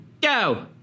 go